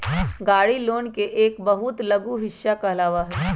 गाड़ी लोन के एक बहुत लघु हिस्सा कहलावा हई